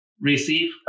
receive